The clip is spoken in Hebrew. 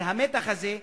והמתח הזה,